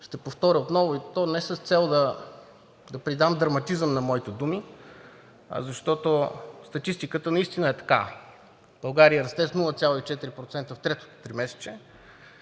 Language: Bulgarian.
Ще повторя отново, и то не с цел да придам драматизъм на моите думи, а защото статистиката наистина е такава. България е с растеж 0,4% за третото тримесечие,